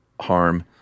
harm